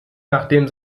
nachdem